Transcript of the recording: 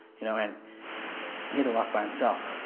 you know and he had a walk by himself,